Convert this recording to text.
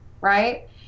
right